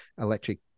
electric